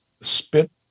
spit